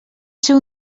ser